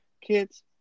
Kids